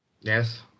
Yes